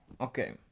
Okay